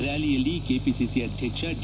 ರ್ನಾಲಿಯಲ್ಲಿ KPCC ಅಧ್ಯಕ್ಷ D